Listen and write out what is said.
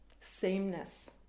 sameness